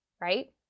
right